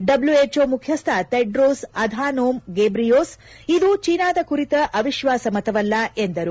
W H O ಮುಖ್ಯಸ್ತ Tedros Adhanom Ghebreyesus ಇದು ಚೀನಾದ ಕುರಿತ ಅವಿಶ್ವಾಸ ಮತವಲ್ಲ ಎಂದರು